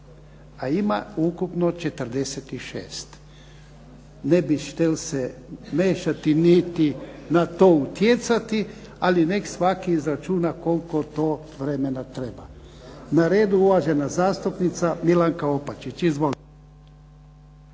A ima ukupno 46. Ne bi štel se mešati niti na to utjecati, ali neka svaki izračuna koliko to vremena treba. Na redu uvažena zastupnica MIlanka Opačić. Izvolite.